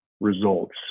results